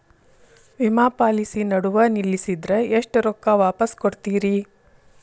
ವಿಮಾ ಪಾಲಿಸಿ ನಡುವ ನಿಲ್ಲಸಿದ್ರ ಎಷ್ಟ ರೊಕ್ಕ ವಾಪಸ್ ಕೊಡ್ತೇರಿ?